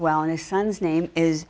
well and his son's name is